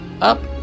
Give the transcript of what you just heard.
up